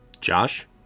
Josh